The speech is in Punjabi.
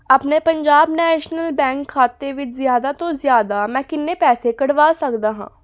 ਆਪਣੇ ਪੰਜਾਬ ਨੈਸ਼ਨਲ ਬੈਂਕ ਖਾਤੇ ਵਿੱਚ ਜ਼ਿਆਦਾ ਤੋਂ ਜ਼ਿਆਦਾ ਮੈਂ ਕਿੰਨੇ ਪੈਸੇ ਕਢਵਾ ਸਕਦਾ ਹਾਂ